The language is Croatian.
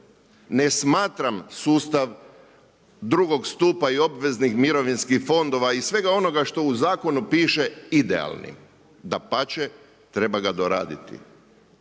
Ne smatram sustav drugog stupa i obveznih mirovinskih fondova i svega onog što u zakonu piše, idealnim. Dapače, treba ga doraditi.